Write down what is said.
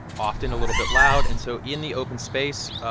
often a little bit loud. and so in the open space,